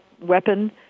weapon